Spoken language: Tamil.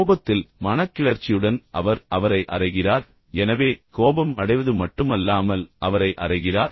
கோபத்தில் மனக்கிளர்ச்சியுடன் அவர் அவரை அறைகிறார் எனவே கோபம் அடைவது மட்டுமல்லாமல் அவரை அறைகிறார்